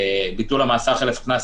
ביטול המאסר חלף קנס,